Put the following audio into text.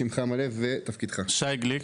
שמי שי גליק,